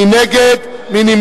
מי נגד?